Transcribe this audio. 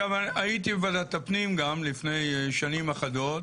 הייתי גם בוועדת הפנים לפני שנים אחדות.